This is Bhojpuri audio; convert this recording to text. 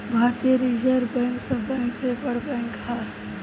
भारतीय रिज़र्व बैंक सब बैंक से बड़ बैंक ह